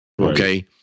Okay